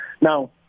Now